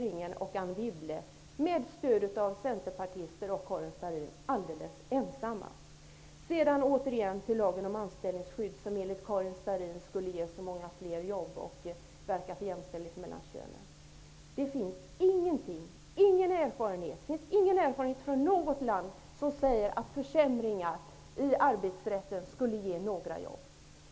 I det avseendet står regeringen och Jag skall återigen kommentera lagen om anställningsskydd, som enligt Karin Starrin skall ge så många fler jobb och verka för jämställdheten mellan könen. Det finns ingen erfarenhet från något land som har visat att försämringar i arbetsrätten ger några jobb.